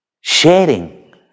sharing